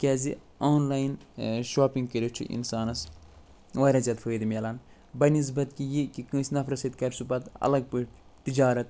کیازِ online shopping کٔرِتھ چھُ اِنسانَس واریاہ زیادٕ فٲیدٕ مِلان بنسبت کہِ یہِ کہِ کٲنٛسہِ نفرَس سۭتۍ کَرِ سُہ پَتہٕ الگ پٲٹھۍ تجارت